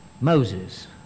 Moses